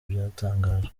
byatangajwe